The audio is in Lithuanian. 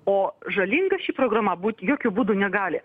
o žalinga ši programa būt jokiu būdu negali